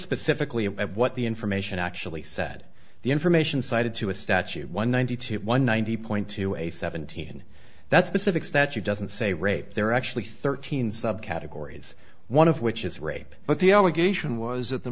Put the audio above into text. specifically at what the information actually said the information cited to a statute one ninety two one ninety point two a seventeen that's pacific statute doesn't say rape there are actually thirteen subcategories one of which is rape but the allegation was th